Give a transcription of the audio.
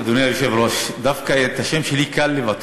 אדוני היושב-ראש, דווקא את השם שלי קל לבטא: